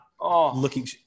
looking